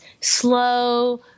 slow